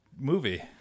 Movie